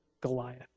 Goliath